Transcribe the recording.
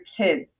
kids